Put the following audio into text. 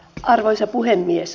arvoisa puhemies